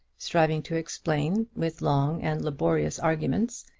striving to explain, with long and laborious arguments,